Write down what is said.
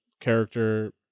character